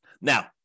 Now